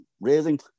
raising